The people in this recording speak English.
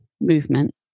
movement